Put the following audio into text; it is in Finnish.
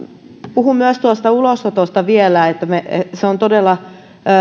puhun myös tuosta ulosotosta vielä se on todella